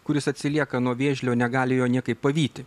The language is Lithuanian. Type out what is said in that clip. kuris atsilieka nuo vėžlio negali jo niekaip pavyti